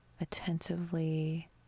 attentively